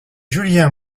julien